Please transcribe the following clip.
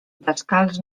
descalç